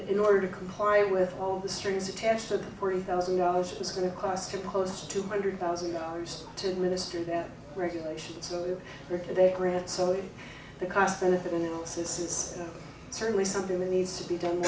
in order to comply with all of the strings attached of the forty thousand dollars it was going to cost him close to two hundred thousand dollars to administer that regulationh or that grant so the costbenefit analysis is certainly something that needs to be done